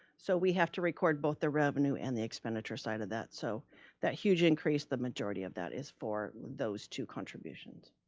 so we have to record both the revenue and the expenditure side of that. so that huge increase the majority of that is for those two contributions.